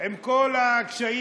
עם כל הקשיים,